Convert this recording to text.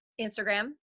Instagram